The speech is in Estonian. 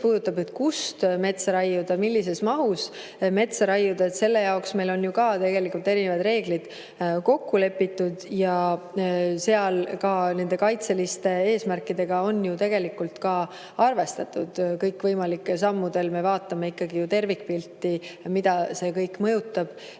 puudutab seda, kust metsa raiuda ja millises mahus metsa raiuda, siis selle jaoks meil on ju ka tegelikult erinevad reeglid kokku lepitud. Seal on ka nende kaitseliste eesmärkidega ju tegelikult arvestatud. Kõikvõimalike sammude puhul me vaatame ikkagi ju tervikpilti, mida see kõik mõjutab,